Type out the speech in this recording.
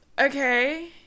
okay